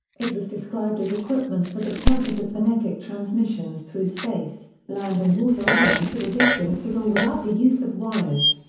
it was described as equipment for the purpose of phonetic transmissions through space, land and water elements at a distance with or without the use of wires.